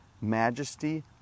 majesty